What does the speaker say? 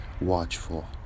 watchful